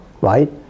Right